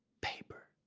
paper.